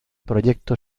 proyecto